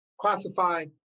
Classified